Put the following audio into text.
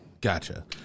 Gotcha